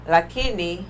Lakini